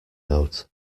note